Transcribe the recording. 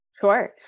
Sure